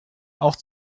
auch